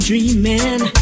Dreaming